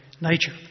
nature